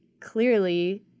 clearly